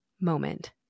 moment